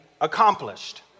accomplished